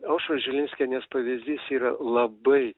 aušros žilinskienės pavyzdys yra labai